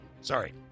Sorry